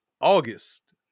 august